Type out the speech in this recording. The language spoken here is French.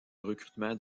recrutement